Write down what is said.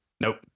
Nope